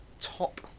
top